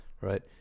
right